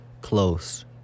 close